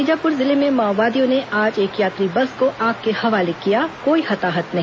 बीजापुर जिले में माओवादियों ने आज एक यात्री बस को आग के हवाले किया कोई हताहत नहीं